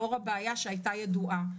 לאור הבעיה שהייתה ידועה,